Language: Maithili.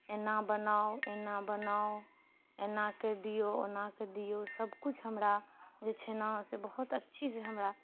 एना बनाउ एना बनाउ एना कऽ दियौ एना कऽ दियौ सबकिछु हमरा जे छै ने से बहुत अच्छी से हमरा